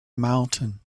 mountain